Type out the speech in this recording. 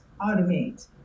automate